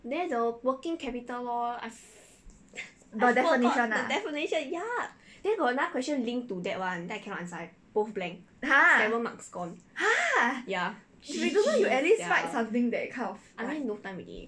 the definition [one] ah !huh! !huh! if you don't know you at least write something that kind of like